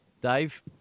Dave